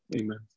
Amen